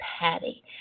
Patty